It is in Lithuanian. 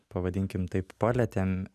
pavadinkim taip palietėm